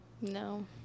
No